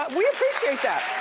we appreciate that!